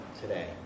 today